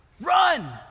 Run